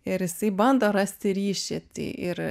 ir jisai bando rasti ryšį tai ir